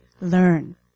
learn